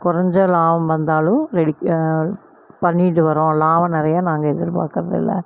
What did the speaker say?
கொறஞ்ச லாபம் வந்தாலும் ரெடிக் பண்ணிட்டு வரோம் லாபம் நிறையா நாங்கள் எதிர்பார்க்கறதில்ல